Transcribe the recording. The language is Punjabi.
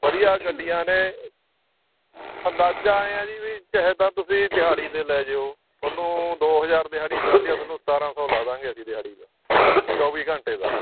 ਵਧੀਆ ਗੱਡੀਆਂ ਨੇ ਅੰਦਾਜਾ ਐਂ ਆ ਜੀ ਵੀ ਚਾਹੇ ਤਾਂ ਤੁਸੀਂ ਦਿਹਾੜੀ 'ਤੇ ਲੈ ਜਿਓ ਤੁਹਾਨੂੰ ਦੋ ਹਜ਼ਾਰ ਦਿਹਾੜੀ ਚੱਲਦੀ ਆ ਤੁਹਾਨੂੰ ਸਤਾਰ੍ਹਾਂ ਸੌ ਲਾ ਦਾਂਗੇ ਅਸੀਂ ਦਿਹਾੜੀ ਦਾ ਚੌਵੀ ਘੰਟੇ ਦਾ